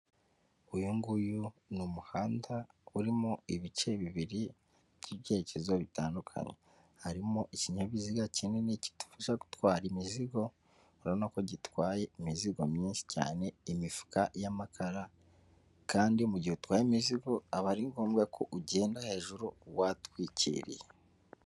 Uyu nguyu ni umuhanda urimo ibice bibiri by'ibyerekezo bitandukanye, harimo ikinyabiziga kinini kidufasha gutwara imizigo urabona ko gitwaye imizigo myinshi cyane, imifuka y'amakara kandi mu gihe utwaye imizigo aba ari ngombwa ko ugenda hejuru watwikiriye.